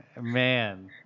Man